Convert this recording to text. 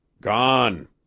Gone